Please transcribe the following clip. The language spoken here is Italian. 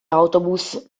autobus